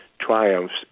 triumphs